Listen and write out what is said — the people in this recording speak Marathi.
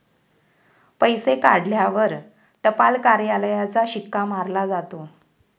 पैसे काढल्यावर टपाल कार्यालयाचा शिक्का मारला जातो